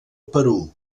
perú